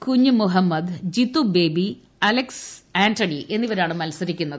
Kunjumuhammad Jithu Baby Alex Antony എന്നിവരാണ് മൽസരിക്കുന്നത്